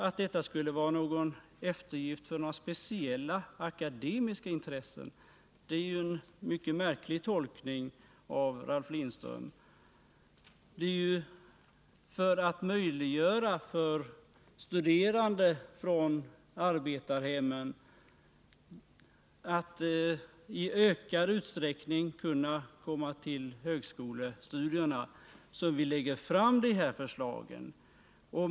Att detta skulle vara någon eftergift åt speciella akademiska intressen är en mycket märklig tolkning av Ralf Lindström. Det är ju för att möjliggöra för barn från arbetarhemmen att i ökad utsträckning studera vid högskolorna som vi lägger fram de här förslagen.